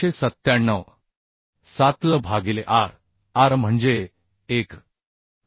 7 l भागिले r r म्हणजे 1